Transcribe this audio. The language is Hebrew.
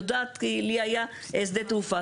כי אני יודעת כי לי היה שדה תעופה.